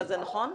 זה נכון?